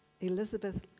Elizabeth